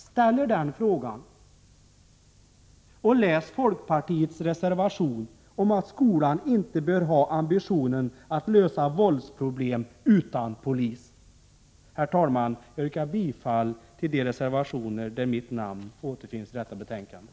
Ställ er den frågan och läs folkpartiets reservation om att skolan inte bör ha ambitionen att lösa våldsproblem utan polis. Herr talman! Jag yrkar bifall till de reservationer till detta betänkande där mitt namn återfinns.